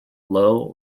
low